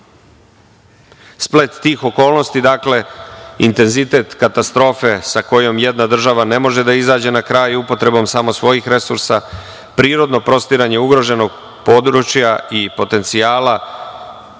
Splet tih okolnosti, intenzitet katastrofe sa kojom jedna država ne može da izađe na kraj upotrebom samo svojih resursa, prirodno prostiranje ugroženog područja i potencijalna